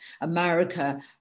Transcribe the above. America